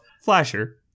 Flasher